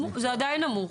זה עדיין נמוך.